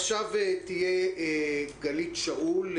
עכשיו נשמע את גלית שאול,